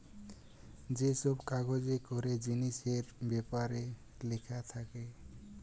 যে সব কাগজে করে জিনিসের বেপারে লিখা থাকে